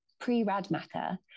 pre-Radmacher